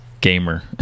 gamer